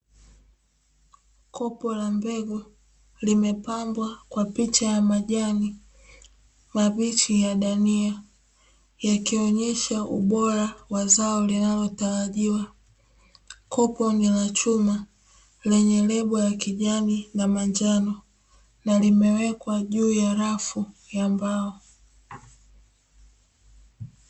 Kopo la mbegu limepambwa kwa picha ya majani mabichi ya dania yakionyesha ubora wa zao linalotarajiwa, kopo ni la chuma lenye lebo ya kijani na manjano na limewekwa juu ya rafu ya mbao.